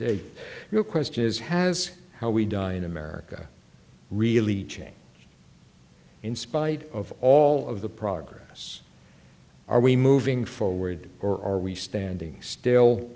date your question is has how we die in america really change in spite of all of the progress are we moving forward or are we standing still